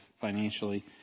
financially